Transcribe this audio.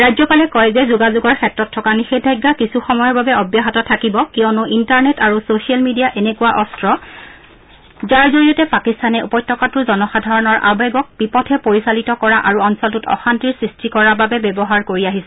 ৰাজ্যপালে কয় যে যোগাযোগৰ ক্ষেত্ৰত থকা নিষেধাজ্ঞা কিছু সময়ৰ বাবে অব্যাহত থাকিব কিয়নো ইণ্টাৰনেট আৰু ছচিয়েল মিডিয়া এনেকুৱা অস্ত্ৰ যাৰ জৰিয়তে পাকিস্তানে উপত্যকাটোৰ জনসাধাৰণৰ আৱেগক বিপথে পৰিচালিত কৰা আৰু অঞ্চলটোত অশান্তিৰ সৃষ্টি কৰাৰ বাবে ব্যৱহাৰ কৰি আহিছে